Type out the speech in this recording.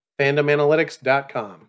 fandomanalytics.com